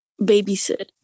Babysit